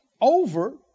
Over